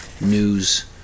News